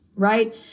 Right